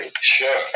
Sure